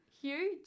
huge